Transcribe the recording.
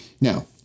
Now